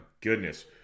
goodness